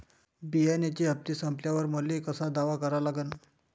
बिम्याचे हप्ते संपल्यावर मले दावा कसा करा लागन?